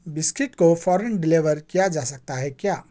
biscuit کو فوراً deliver کیا جا سکتا ہے کیا